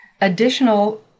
Additional